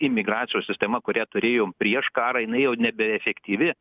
imigracijos sistema kurią turėjom prieš karą jinai jau nebeefektyvi